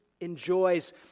enjoys